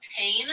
pain